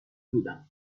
بودم